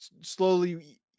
slowly